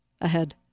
ahead